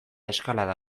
eskalada